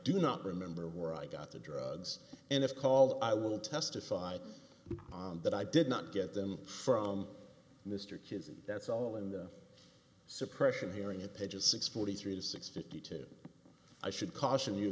do not remember where i got the drugs and if called i will testify on that i did not get them from mr kids and that's all in the suppression hearing of pages six forty three to six fifty two i should caution you